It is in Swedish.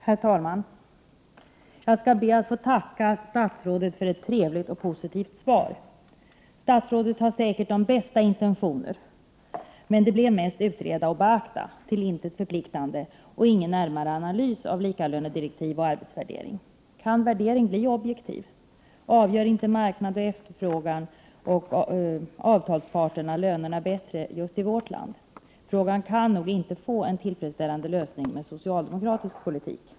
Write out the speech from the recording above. Herr talman! Jag skall be att få tacka statsrådet för ett trevligt och positivt svar. Statsrådet har säkert de bästa intentioner, men det blev mest att utreda och beakta, till intet förpliktande, och ingen närmare analys av likalönedirektiv och arbetsvärdering. Kan en värdering bli objektiv? Avgör inte marknad, efterfrågan och avtalsparter lönerna bättre just i vårt land? Frågan kan nog inte få en tillfredsställande lösning med socialdemokratisk politik.